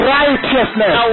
righteousness